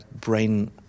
brain